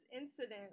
incident